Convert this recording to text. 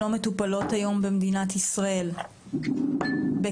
לא מטופלות היום במדינת ישראל בקנביס?